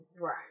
Right